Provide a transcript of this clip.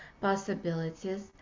possibilities